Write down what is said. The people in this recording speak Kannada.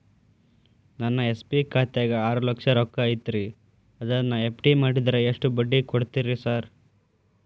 ನನ್ನ ಎಸ್.ಬಿ ಖಾತ್ಯಾಗ ಆರು ಲಕ್ಷ ರೊಕ್ಕ ಐತ್ರಿ ಅದನ್ನ ಎಫ್.ಡಿ ಮಾಡಿದ್ರ ಎಷ್ಟ ಬಡ್ಡಿ ಕೊಡ್ತೇರಿ ಸರ್?